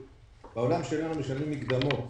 בעולם שלנו משלמים מקדמות --- בסדר,